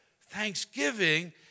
Thanksgiving